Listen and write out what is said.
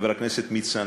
חבר הכנסת מצנע,